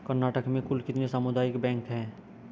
कर्नाटक में कुल कितने सामुदायिक बैंक है